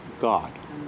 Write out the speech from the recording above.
God